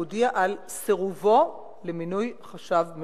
הוא הודיע על סירובו למינוי חשב מלווה.